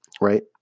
Right